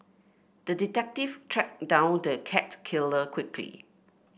the detective tracked down the cat killer quickly